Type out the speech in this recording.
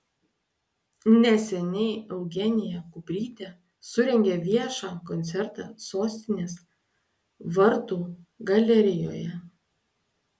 neseniai eugenija kuprytė surengė viešą koncertą sostinės vartų galerijoje